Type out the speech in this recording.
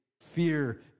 Fear